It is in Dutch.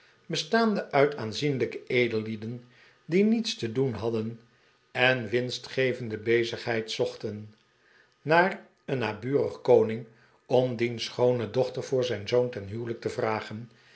bestaande uit aanzienlijke edellieden die niets te doen hadden en winstgevende bezigheid zochten naar een naburig koning om diens schoone dochter voor zijn zoon ten huwelijk te vragen